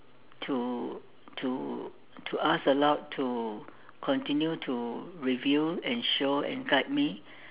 to to to ask the Lord to continue to reveal and show and guide me